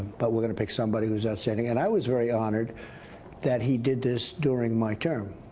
but we're going to pick somebody who is outstanding. and i was very honored that he did this during my term.